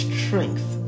strength